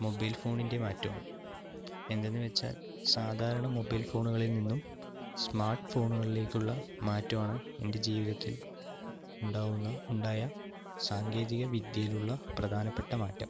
mobile ഫോണിൻ്റെ മാറ്റമാണ് എന്തെന്നുവെച്ചാൽ സാധാരണ മൊബൈൽ ഫോണുകളിൽ നിന്നും സ്മാർട്ട് ഫോണുകളിലേക്ക് ഉള്ള മാറ്റമാണ് എൻ്റെ ജീവിതത്തിൽ ഉണ്ടാവുന്ന ഉണ്ടായ സാങ്കേതിക വിദ്യയിലുള്ള പ്രധാനപ്പെട്ട മാറ്റം